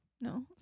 No